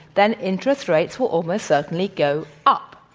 then interest rates will almost certainly go up.